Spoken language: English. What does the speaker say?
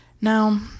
Now